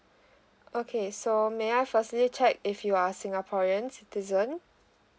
okay so may I firstly check if you are a singaporean citizen